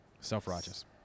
self-righteous